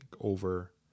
over